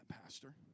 Pastor